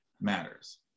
matters